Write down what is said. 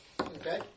Okay